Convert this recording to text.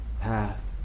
path